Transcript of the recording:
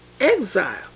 exile